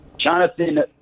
Jonathan